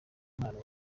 impano